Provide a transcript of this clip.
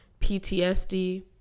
PTSD